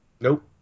Nope